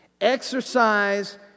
Exercise